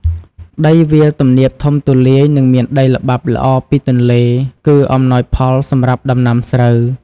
ដីវាលទំនាបធំទូលាយ និងមានដីល្បាប់ល្អពីទន្លេ គឺអំណោយផលសម្រាប់ដំណាំស្រូវ។